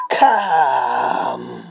come